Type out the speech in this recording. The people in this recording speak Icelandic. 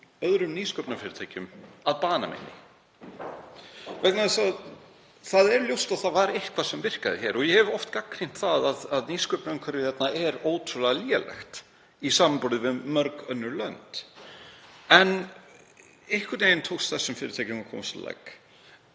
öðrum nýsköpunarfyrirtækjum að banameini. Það er ljóst að það var eitthvað sem virkaði hér og ég hef oft gagnrýnt það að nýsköpunarumhverfið hérna er ótrúlega lélegt í samanburði við mörg önnur lönd. En einhvern veginn tókst þessum fyrirtækjum að koma sér